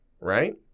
right